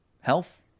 health